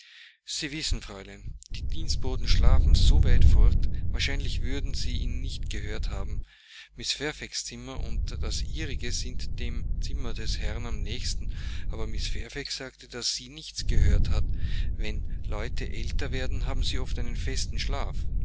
sie wissen fräulein die dienstboten schlafen so weit fort wahrscheinlich würden sie ihn nicht gehört haben mrs fairfaxs zimmer und das ihrige sind dem zimmer des herrn am nächsten aber mrs fairfax sagt daß sie nichts gehört hat wenn leute älter werden haben sie oft einen festen schlaf